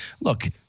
look